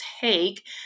take